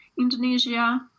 Indonesia